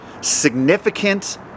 significant